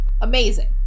Amazing